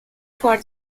for